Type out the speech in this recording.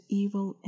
evil